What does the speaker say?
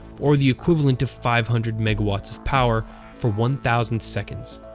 or the equivalent of five hundred megawatts of power for one thousand seconds.